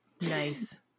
Nice